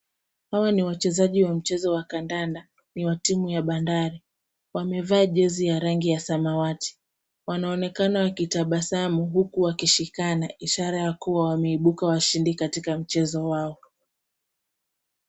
Hawa ni wachezaji wa mchezo wa kandanda ni wa timu ya Bandari. Wamevaa jezi ya rangi ya samawati. Wanaonekana wakitabasamu huku wakishikana, ishara ya kuwa wameibuka washindi katika mchezo wao.